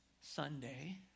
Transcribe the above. Sunday